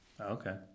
Okay